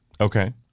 okay